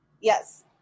Yes